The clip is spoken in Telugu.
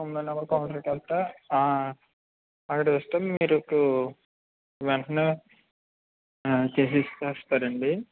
తొమ్మిదో నంబరు కౌంటరు కి వెళ్తే అక్కడ ఇస్తే మీరు వెంటనే చేసి ఇచ్చేస్తారండి